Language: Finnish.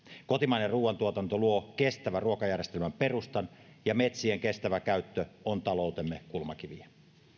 kotimainen ruuantuotanto luo kestävän ruokajärjestelmän perustan ja metsien kestävä käyttö on taloutemme kulmakiviä